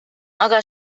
أرى